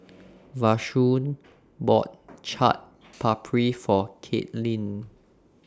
Vashon bought Chaat Papri For Kaitlyn